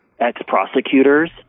ex-prosecutors